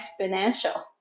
Exponential